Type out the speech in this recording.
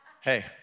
Hey